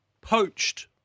poached